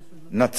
נצרת,